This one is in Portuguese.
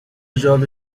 jovem